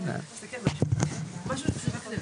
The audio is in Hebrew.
הישיבה ננעלה